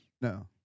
No